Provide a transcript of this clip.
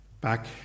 back